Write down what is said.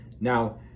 Now